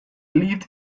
lived